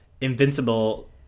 invincible